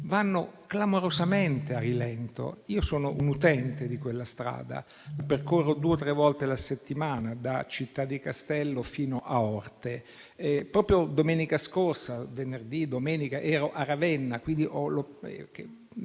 vanno clamorosamente a rilento. Io sono un utente di quella strada, la percorrono due o tre volte la settimana da Città di Castello fino a Orte, proprio lo scorso fine settimana ero a Ravenna, quindi è